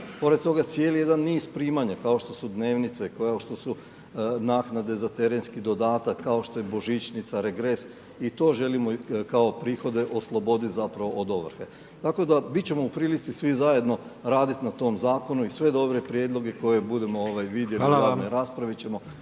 Pored toga, cijeli jedan niz primanja, kao što su dnevnice, kao što su naknade za terenski dodatak, kao što je božićnica, regres i to želimo kao prihode osloboditi zapravo od ovrhe. Tako da, biti ćemo u prilici svi zajedno raditi na tom Zakonu i sve dobre prijedloge koje budemo vidjeli .../Upadica